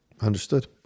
Understood